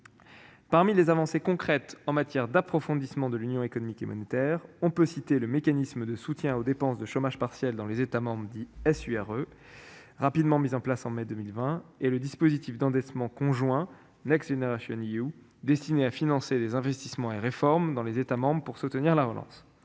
Parmi les avancées concrètes en vue de l'approfondissement de l'Union économique et monétaire, on peut citer le mécanisme de soutien aux dépenses de chômage partiel dans les États membres, dit SURE, rapidement mis en place en mai 2020, et le dispositif d'endettement conjoint Next Generation EU, destiné à financer des investissements et les réformes dans les États membres pour soutenir la relance.